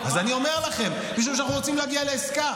אז אני אומר לכם, משום שאנחנו רוצים להגיע לעסקה.